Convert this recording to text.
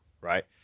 right